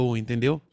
entendeu